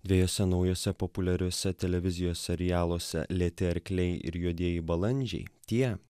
dviejuose naujuose populiariuose televizijos serialuose lėti arkliai ir juodieji balandžiai tie